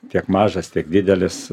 tiek mažas tiek didelis